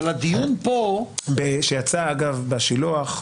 אגב, שיצא ב-השילוח.